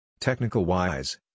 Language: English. Technical-wise